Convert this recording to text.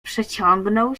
przeciągnął